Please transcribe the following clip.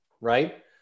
Right